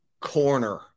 corner